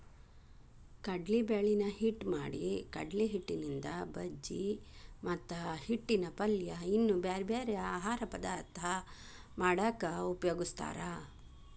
ಕಡ್ಲಿಬ್ಯಾಳಿನ ಹಿಟ್ಟ್ ಮಾಡಿಕಡ್ಲಿಹಿಟ್ಟಿನಿಂದ ಬಜಿ ಮತ್ತ ಹಿಟ್ಟಿನ ಪಲ್ಯ ಇನ್ನೂ ಬ್ಯಾರ್ಬ್ಯಾರೇ ಆಹಾರ ಪದಾರ್ಥ ಮಾಡಾಕ ಉಪಯೋಗಸ್ತಾರ